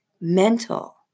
mental